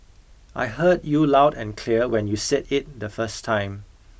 I heard you loud and clear when you said it the first time